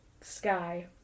sky